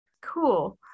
cool